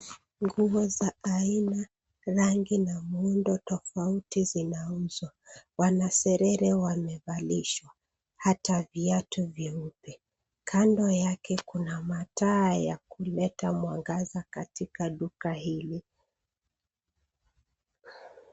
Nguo za aina, rangi na muundo tofauti zinauzwa. Wanasesere wamevalishwa hata viatu vyeupe. Kando yake kuna mataa ya kuleta mwangaza katika duka hili.